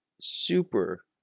super